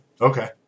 Okay